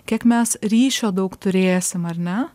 kiek mes ryšio daug turėsim ar ne